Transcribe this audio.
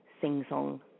sing-song